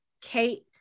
Kate